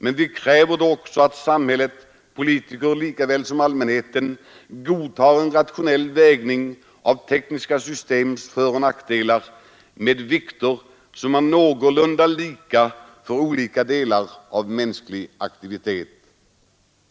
Men vi kräver då också att samhället, politiker likaväl som allmänhet, godtar en rationell vägning av tekniska systems föroch nackdelar med vikter som är någorlunda lika för olika delar av mänsklig aktivitet.